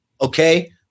Okay